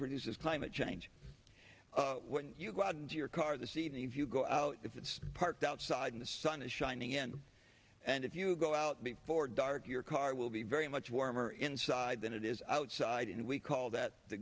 produces climate change when you got into your car the seed and if you go out it's parked outside in the sun is shining in and if you go out before dark your car will be very much warmer inside than it is outside and we call that the